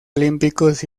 olímpicos